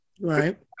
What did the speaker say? Right